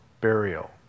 burial